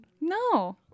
No